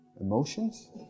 emotions